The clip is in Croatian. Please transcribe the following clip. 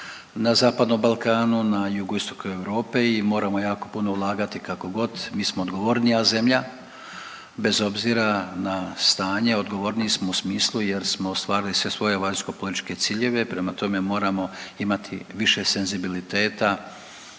na zapadnom Balkanu, na jugoistoku Europe i moramo jako puno ulagati kako god mi smo odgovornija zemlja bez obzira na stanje odgovorniji smo u smislu jer smo ostvarili sve svoje vanjsko-političke ciljeve. Prema tome, moramo imati više senzibiliteta